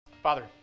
Father